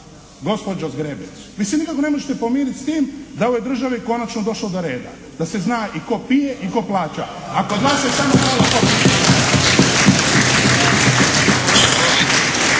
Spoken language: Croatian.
gospođo Zgrebec vi se nikako ne možete pomiriti s time da je u ovoj državi konačno došlo do reda, da se zna i tko pije i tko plaća a kod vas se samo